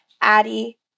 Addie